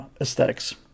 aesthetics